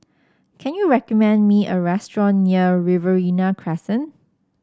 can you recommend me a restaurant near Riverina Crescent